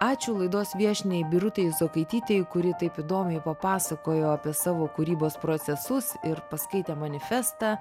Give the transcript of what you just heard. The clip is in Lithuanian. ačiū laidos viešniai birutei zokaitytei kuri taip įdomiai papasakojo apie savo kūrybos procesus ir paskaitė manifestą